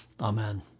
amen